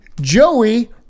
Joey